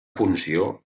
funció